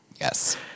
Yes